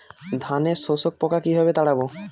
ধানে শোষক পোকা কিভাবে তাড়াব?